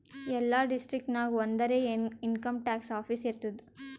ಎಲ್ಲಾ ಡಿಸ್ಟ್ರಿಕ್ಟ್ ನಾಗ್ ಒಂದರೆ ಇನ್ಕಮ್ ಟ್ಯಾಕ್ಸ್ ಆಫೀಸ್ ಇರ್ತುದ್